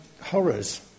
horrors